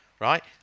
Right